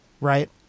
Right